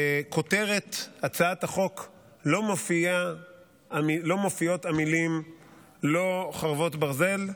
בכותרת הצעת החוק לא מופיעות המילים "חרבות ברזל"